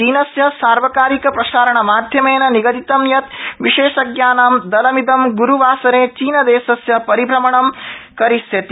चीनस्य सार्वकारिक प्रसारणमाध्यमेन निगदितं यत् विशेषज्ञानां दलमिदं गुरूवासरे चीनदेशस्य परिभ्रमणं करिष्यति